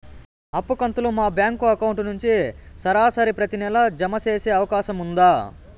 అప్పు కంతులు మా బ్యాంకు అకౌంట్ నుంచి సరాసరి ప్రతి నెల జామ సేసే అవకాశం ఉందా?